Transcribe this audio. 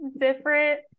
different